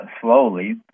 slowly